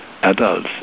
adults